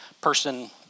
person